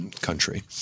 country